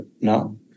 no